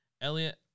Elliot